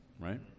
right